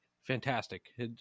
Fantastic